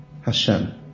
Hashem